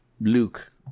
Luke